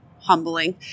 humbling